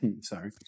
sorry